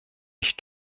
ich